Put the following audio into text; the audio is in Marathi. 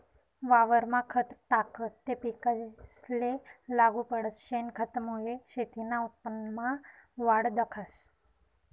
वावरमा खत टाकं ते पिकेसले लागू पडस, शेनखतमुये शेतीना उत्पन्नमा वाढ दखास